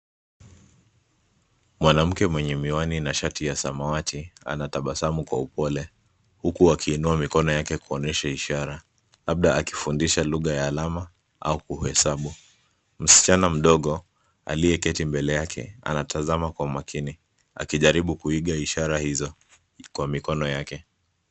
Mwanamke mwenye miwani na shati ya samawati anatabasamu kwa upole huku akiinua mikono yake kuonyesha ishara, labda akifundisha lugha ya alama au kuhesabu. Msichana mdogo aliyeketi mbele yake, anatazama kwa umakini akijaribu kuiga ishara hizo kwa mikono yake.